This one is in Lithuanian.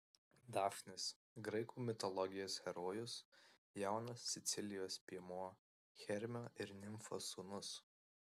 dafnis graikų mitologijos herojus jaunas sicilijos piemuo hermio ir nimfos sūnus